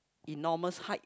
in normals height